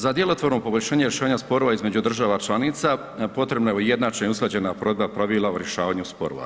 Za djelotvorno poboljšanje rješenja sporova između država članica, potrebna je ujednačena i usklađena provedba pravila u rješavanju sporova.